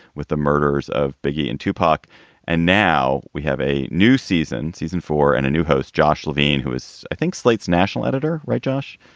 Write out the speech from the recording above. with the murders of biggie and tupac and now we have a new season, season four and a new host, josh levine, who is, is, i think, slate's national editor. right, josh?